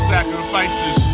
Sacrifices